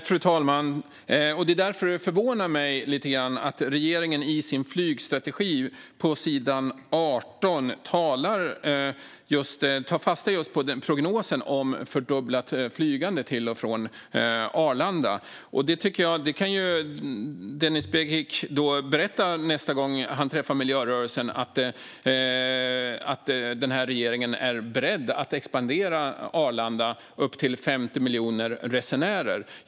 Fru talman! Det är därför det förvånar mig lite grann att regeringen i sin flygstrategi på s. 18 tar fasta just på prognosen om fördubblat flygande till och från Arlanda. Denis Begic kan nästa gång han träffar miljörörelsen berätta att regeringen är beredd att expandera Arlanda för upp till 50 miljoner resenärer.